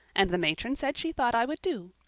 and the matron said she thought i would do.